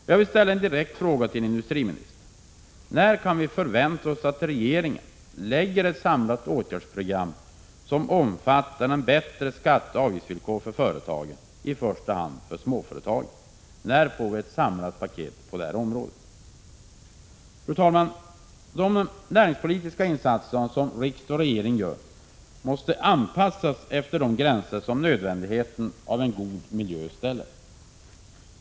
Jag vill ställa en direkt fråga till industriministern: När kan vi förvänta oss att regeringen lägger fram ett samlat åtgärdsprogram, som omfattar bättre skatteoch avgiftsvillkor för företagen, i första hand småföretagen? När får vi ett samlat paket på det här området? Fru talman! De näringspolitiska insatser som riksdag och regering gör måste anpassas efter de gränser som nödvändigheten av en god miljö ställer.